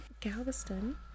Galveston